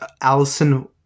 Allison